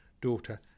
daughter